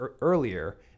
earlier